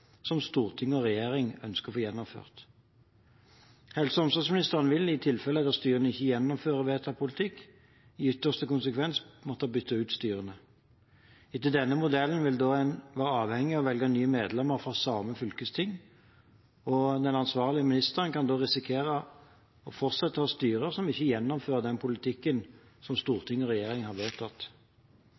som Stortinget og regjeringen ønsker å få gjennomført. Helse- og omsorgsministeren vil, i tilfeller der styrene ikke gjennomfører vedtatt politikk, i ytterste konsekvens måtte bytte ut styrene. Etter denne modellen vil en da være avhengig av å velge nye medlemmer fra samme fylkesting, og den ansvarlige ministeren kan da risikere fortsatt å ha styrer som ikke gjennomfører den politikken som Stortinget og regjeringen har vedtatt.